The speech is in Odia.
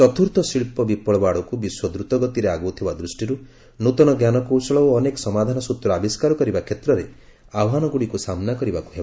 ଚତ୍ର୍ଥ ଶିଳ୍ପ ବିପୁବ ଆଡକୁ ବିଶ୍ୱ ଦ୍ରତଗତିରେ ଆଗଉଥିବା ଦୃଷ୍ଟିର୍ ନ୍ତନ ଜ୍ଞାନକୌଶଳ ଓ ଅନେକ ସମାଧାନ ସ୍ତ୍ର ଆବିଷ୍କାର କରିବା କ୍ଷେତ୍ରରେ ଆହ୍ୱାନଗୁଡ଼ିକୁ ସାମ୍ନା କରିବାକୁ ହେବ